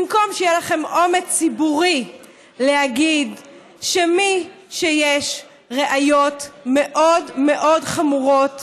במקום שיהיה לכם אומץ ציבורי להגיד שמי שיש נגדו ראיות מאוד מאוד חמורות